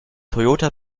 toyota